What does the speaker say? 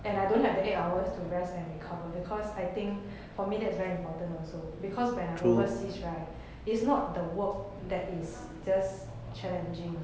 and I don't have that eight hours to rest and recover because I think for me that's very important also because when I'm overseas it's not the work that is just challenging